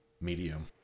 medium